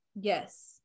Yes